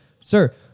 Sir